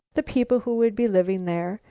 the people who would be living there,